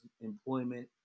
employment